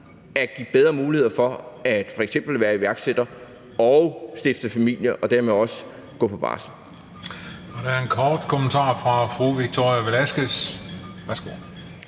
at give bedre muligheder for f.eks. at være iværksætter og stifte familie og dermed også gå på barsel.